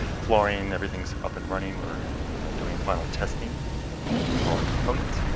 flooring, everything's up and running. we're doing final testing of all the components.